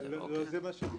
--- אבל זה מה שביקשו,